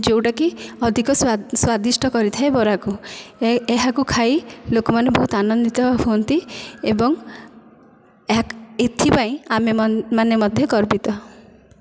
ଯେଉଁଟା କି ଅଧିକ ସ୍ଵାଦିଷ୍ଟ କରାଇଥାଏ ବରାକୁ ଏହାକୁ ଖାଇ ଲୋକମାନେ ବହୁତ ଆନନ୍ଦିତ ହୁଅନ୍ତି ଏବଂ ଏହା ଏଥିପାଇଁ ଆମେ ମାନେ ମଧ୍ୟ ଗର୍ବିତ